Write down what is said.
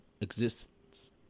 existence